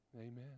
Amen